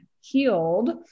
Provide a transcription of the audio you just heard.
healed